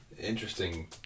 interesting